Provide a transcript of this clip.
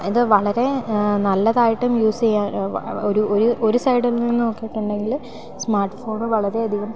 ഇതു വളരെ നല്ലതായിട്ടും യൂസ് ചെയ്യുക ഒരു ഒരു ഒരു സൈഡിൽ നിന്ന് നോക്കിയിട്ടുണ്ടെങ്കിൽ സ്മാർട്ട് ഫോൺ വളരെയധികം